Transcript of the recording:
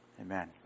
Amen